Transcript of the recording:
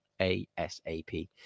ASAP